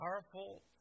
powerful